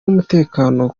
n’umutekano